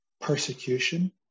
persecution